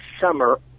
summer